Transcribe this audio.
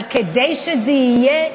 אבל כדי שזה יהיה,